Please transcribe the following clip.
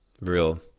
real